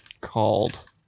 called